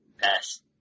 Pass